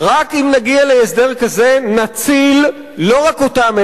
רק אם נגיע להסדר כזה נציל לא רק אותם,